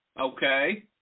okay